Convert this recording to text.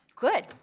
Good